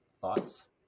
thoughts